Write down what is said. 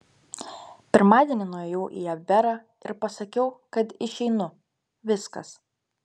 pirmadienį nuėjau į abverą ir pasakiau kad išeinu viskas